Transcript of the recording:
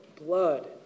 blood